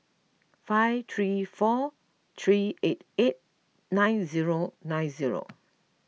five three four three eight eight nine zero nine zero